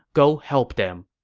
go help them.